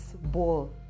ball